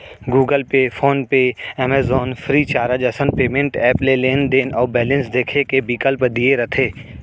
Google Pay, PhonePe, Amazon, free charge असन payment app ले लेनदेन अउ बेलेंस देखे के बिकल्प दिये रथे